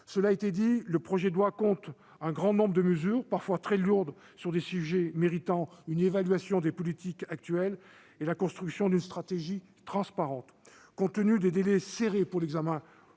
à mon tour : ce projet de loi compte un grand nombre de mesures, parfois très lourdes, sur des sujets appelant une évaluation des politiques actuelles et la construction d'une stratégie transparente. Compte tenu des délais resserrés pour l'examen du